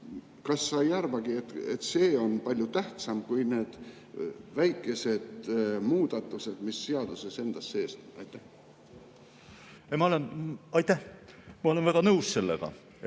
Kas sa ei arvagi, et see on palju tähtsam kui need väikesed muudatused, mis seaduses endas sees on?